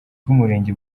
bw’umurenge